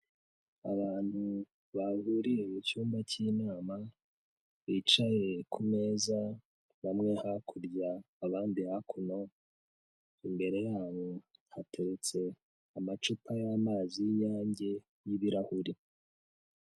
Abantu bahuriye mu cyumba cy'inama bicaye ku meza bamwe hakurya abandi hakuno, imbere yabo hateretse amacupa y'amazi y'inyange y'ibirahure.